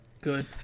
Good